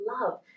love